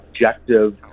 objective